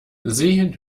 sehen